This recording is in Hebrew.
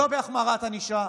לא בהחמרת ענישה,